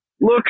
Look